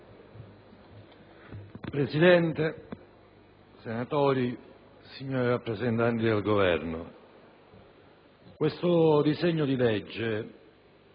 Presidente, onorevoli senatori, signori rappresentanti del Governo, questo disegno di legge,